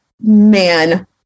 man